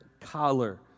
collar